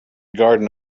garden